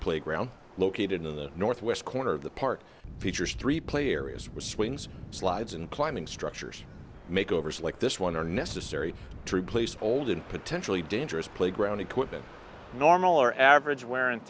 playground located in the northwest corner of the park features three player is which swings slides and climbing structures make overs like this one are necessary to replace old and potentially dangerous playground equipment normal or average wear and